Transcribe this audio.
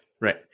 Right